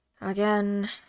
again